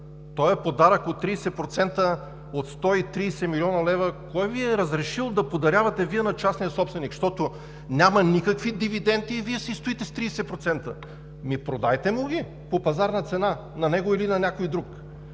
Този подарък от 30%, от 130 млн. лв. кой Ви е разрешавал да подарявате Вие на частния собственик? Защото няма никакви дивиденти и Вие си стоите с 30%?! Ами, продайте му ги по пазарна цена – на него или на някой друг!